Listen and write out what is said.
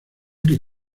que